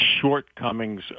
shortcomings